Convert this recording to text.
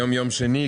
היום יום שני,